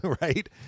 right